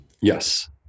Yes